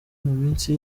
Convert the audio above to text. minsi